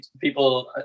People